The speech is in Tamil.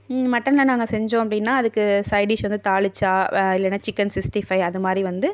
மட்டனில் நாங்கள் செஞ்சோம் அப்படின்னா அதுக்கு சைட் டிஷ் வந்து தாளிச்சா இல்லைனால் சிக்கன் சிக்ட்டி ஃபைவ் அதுமாதிரி வந்து